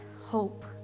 hope